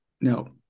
No